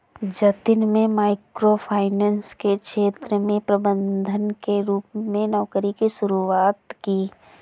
जतिन में micro finance के क्षेत्र में प्रबंधक के रूप में नौकरी की शुरुआत की